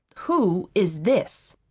who is this?